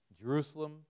Jerusalem